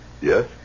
Yes